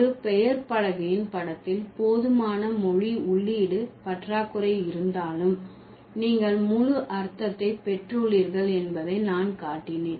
ஒரு பெயர் பலகையின் படத்தில் போதுமான மொழி உள்ளீடு பற்றாக்குறை இருந்தாலும் நீங்கள் முழு அர்த்தத்தை பெற்றுள்ளீர்கள் என்பதை நான் காட்டினேன்